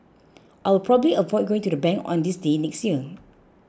I will probably avoid going to the bank on this day next year